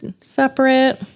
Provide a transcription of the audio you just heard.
separate